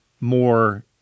more